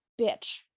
bitch